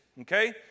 okay